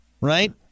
right